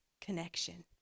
connection